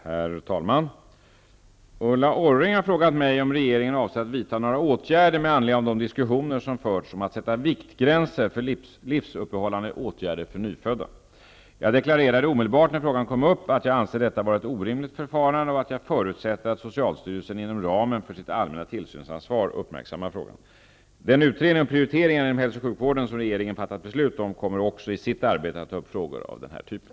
Herr talman! Ulla Orring har frågat mig om regeringen avser att vidta några åtgärder med anledning av de diskussioner som förts om att sätta viktgränser för livsuppehållande åtgärder för nyfödda. Jag deklarerade omedelbart när frågan kom upp att jag anser detta vara ett orimligt förfarande och att jag förutsätter att socialstyrelsen inom ramen för sitt allmänna tillsynsansvar uppmärksammar frågan. Den utredning om prioriteringar inom hälso och sjukvården som regeringen fattat beslut om kommer också i sitt arbete att ta upp frågor av den här typen.